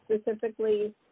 specifically